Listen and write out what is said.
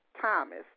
Thomas